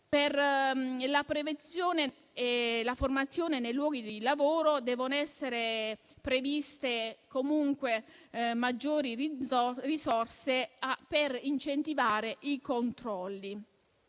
Per la prevenzione e la formazione nei luoghi di lavoro devono essere previste più risorse per incentivare i controlli.